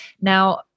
Now